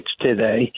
today